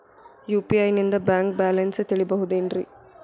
UPI ನಿಂದ bank balance ತಿಳಿಬಹುದೇನ್ರಿ?